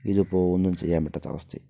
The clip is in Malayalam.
ഇതിപ്പോൾ ഒന്നും ചെയ്യാൻ പറ്റാത്ത അവസ്ഥയായി